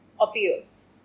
appears